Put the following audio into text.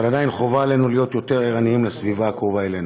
אבל עדיין חובה עלינו להיות יותר ערניים לסביבה הקרובה לנו,